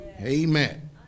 Amen